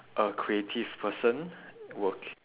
a creative person working